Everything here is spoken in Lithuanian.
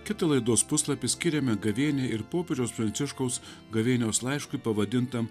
kitą laidos puslapį skiriame gavėniai ir popiežiaus pranciškaus gavėnios laiškui pavadintam